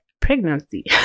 Pregnancy